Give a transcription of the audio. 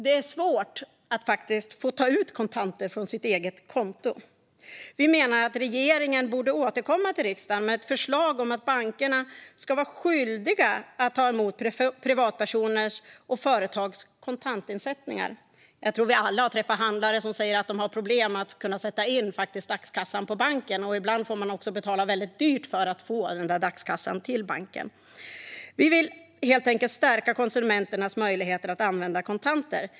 Det är faktiskt svårt att få ta ut kontanter från sitt eget konto. Vi menar att regeringen borde återkomma till riksdagen med ett förslag om att bankerna ska vara skyldiga att ta emot privatpersoners och företags kontantinsättningar. Jag tror att vi alla har träffat handlare som säger att de har problem med att kunna sätta in dagskassan på banken. Ibland får man också betala väldigt dyrt för att få dagskassan till banken. Vi vill helt enkelt stärka konsumenternas möjligheter att använda kontanter.